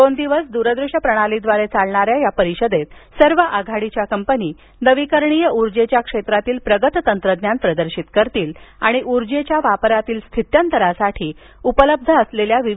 दोन दिवस दूरदृश्य प्रणालीद्वारे चालणाऱ्या या परिषदेत सर्व आघाडीच्या कंपनी नवीकरणीय ऊर्जेच्या क्षेत्रातील प्रगत तंत्रज्ञान प्रदर्शित करतील आणि ऊर्जेच्या वापरातील स्थित्यंतरासाठी उपलब्ध विविध पर्यायांवर चर्चा करतील